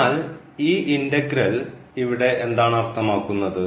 അതിനാൽ ഈ ഇൻറെഗ്രേൽ ഇവിടെ എന്താണ് അർത്ഥമാക്കുന്നത്